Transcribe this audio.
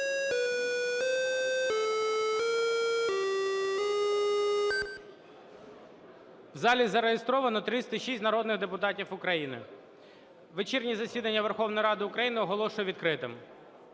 В залі зареєстровано 306 народних депутатів України. Вечірнє засідання Верховної Ради України оголошую відкритим.